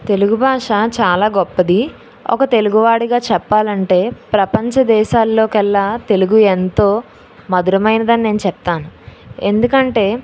తెలుగు భాష చాలా గొప్పది ఒక తెలుగువాడిగా చెప్పాలి అంటే ప్రపంచ దేశాల్లోకెల్లా తెలుగు ఎంతో మధురమైనదని నేను చెబుతాను ఎందుకంటే